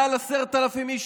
מעל 10,000 איש,